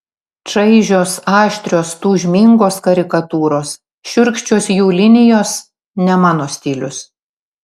čaižios aštrios tūžmingos karikatūros šiurkščios jų linijos ne mano stilius